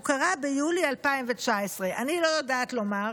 הוא קרה ביולי 2019. אני לא יודעת לומר,